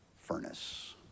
furnace